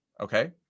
Okay